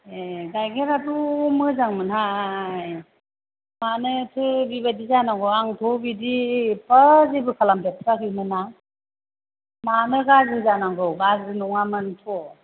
ए गाइखेराथ' मोजां मोनहाय मानोथो बिबादि जानांगौ आंथ' बिदि एफा जेबो खालामदेरथाराखैमोन ना मानो गाज्रि जानांगौ गाज्रि नङामोनथ'